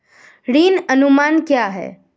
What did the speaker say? ऋण अनुमान क्या है?